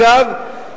אגב,